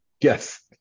Yes